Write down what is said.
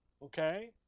Okay